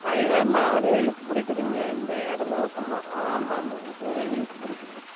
வயிறு ஒரு மாடிரி இழுத்து பிடிக்கிதுங்க இந்த இடது பக்கமாக ஆமாம் ஆமாங்க ஆ இழுத்து பிடிக்கிது